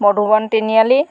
মধুবন তিনিআলি